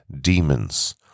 demons